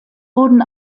wurden